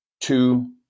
two